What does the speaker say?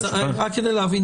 רק כדי להבין.